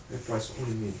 high price what do you mean